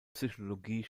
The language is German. psychologie